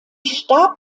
starb